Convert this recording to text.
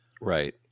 Right